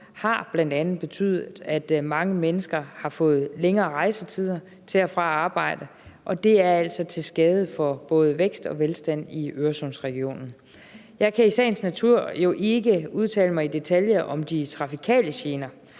har bl.a. betydet, at mange mennesker har fået længere rejsetider til og fra arbejde, og det er altså til skade for både vækst og velstand i Øresundsregionen. Jeg kan jo i sagens natur ikke udtale mig i detaljer om de trafikale gener,